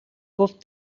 گفت